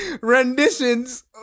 renditions